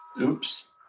oops